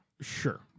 sure